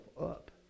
up